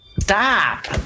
Stop